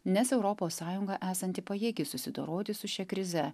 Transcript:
nes europos sąjunga esanti pajėgi susidoroti su šia krize